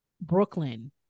Brooklyn